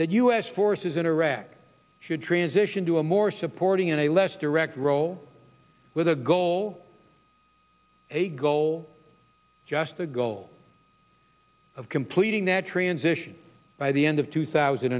that u s forces in iraq should transition to a more supporting and a less direct role with a goal a goal just the goal of completing that transition by the end of two thousand